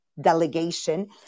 delegation